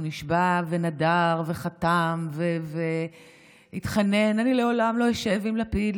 הוא נשבע ונדר וחתם והתחנן: אני לעולם לא אשב עם לפיד,